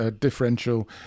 differential